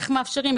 איך מאפשרים,